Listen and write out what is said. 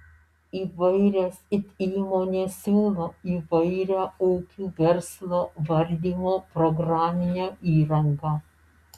įvairios it įmonės siūlo įvairią ūkių verslo valdymo programinę įrangą